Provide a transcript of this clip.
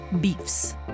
beefs